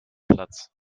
platz